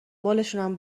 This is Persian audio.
بالشونم